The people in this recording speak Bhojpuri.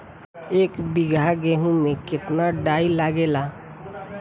एक बीगहा गेहूं में केतना डाई लागेला?